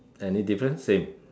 any difference same